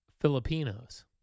Filipinos